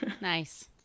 Nice